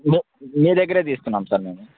మీ దగ్గిరే తీసుకున్నాం సార్ మేము